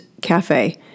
Cafe